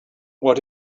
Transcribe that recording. what